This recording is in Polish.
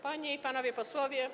Panie i Panowie Posłowie!